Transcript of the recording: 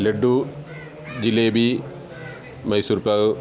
laddu jalebi Mysore pack